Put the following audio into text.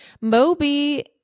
Moby